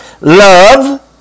Love